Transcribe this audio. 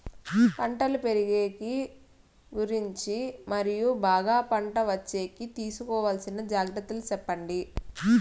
పంటలు పెరిగేకి గురించి మరియు బాగా పంట వచ్చేకి తీసుకోవాల్సిన జాగ్రత్త లు సెప్పండి?